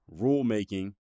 rulemaking